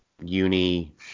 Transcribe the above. Uni